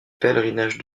pèlerinage